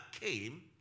came